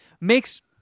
makes